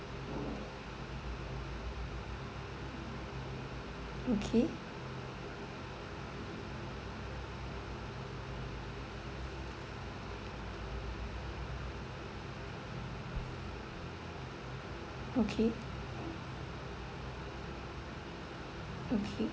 okay okay okay